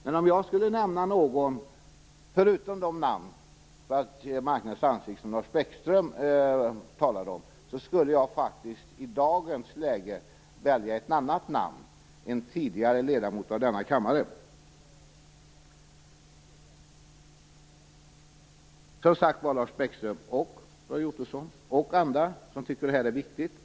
Men om jag skulle välja någon som marknadens ansikte, förutom de namn som Lars Bäckström talade om, skulle det i dagens läge bli ett annat namn - en tidigare ledamot av denna kammare. Lars Bäckström, Roy Ottosson och andra som tycker att det här är viktigt!